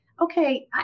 okay